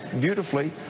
beautifully